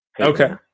Okay